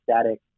static